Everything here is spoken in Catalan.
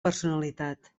personalitat